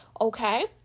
okay